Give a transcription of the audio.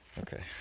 Okay